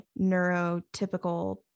neurotypical